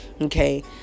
okay